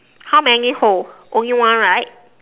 how many hold only one right